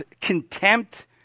contempt